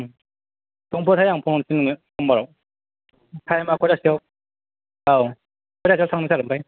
संफोरहाय आं फन हरसै नोंनो समबाराव टाइमा खयथासोआव औ खयथासोआव थांनो सार आमफ्राय